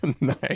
Nice